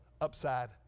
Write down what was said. upside